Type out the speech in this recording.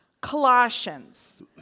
Colossians